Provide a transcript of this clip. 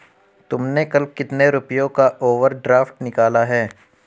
तुमने कुल कितने रुपयों का ओवर ड्राफ्ट निकाला है?